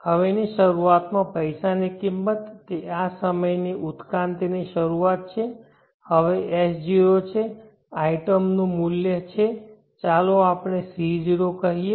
હવેની શરૂઆતમાં પૈસાની કિંમત તે આ સમયની ઉત્ક્રાંતિની શરૂઆત છે હવે S0 છે આઇટમનું મૂલ્ય છે ચાલો આપણે C0 કહીએ